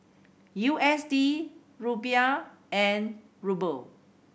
U S D Rupiah and Ruble